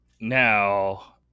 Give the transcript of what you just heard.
Now